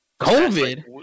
COVID